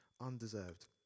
undeserved